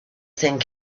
thing